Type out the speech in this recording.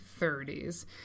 30s